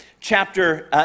chapter